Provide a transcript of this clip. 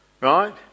right